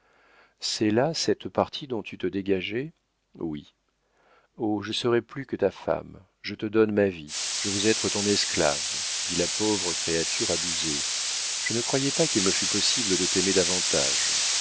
c'est là cette partie dont tu te dégageais oui oh je serai plus que ta femme je te donne ma vie je veux être ton esclave dit la pauvre créature abusée je ne croyais pas qu'il me fût possible de t'aimer davantage